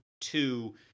two